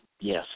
yes